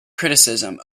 criticism